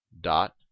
dot